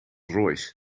royce